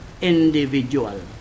individual